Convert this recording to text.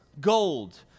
Gold